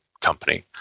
company